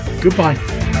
goodbye